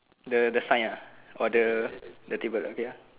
the the sign uh or the the table okay ya